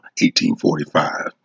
1845